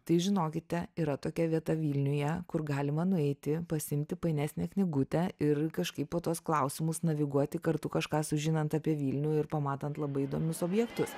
tai žinokite yra tokia vieta vilniuje kur galima nueiti pasiimti painesnę knygutę ir kažkaip po tuos klausimus naviguoti kartu kažką sužinant apie vilnių ir pamatant labai įdomius objektus